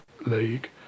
League